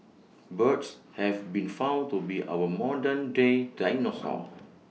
birds have been found to be our modern day dinosaurs